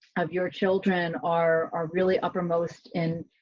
of your children are, are really uppermost in.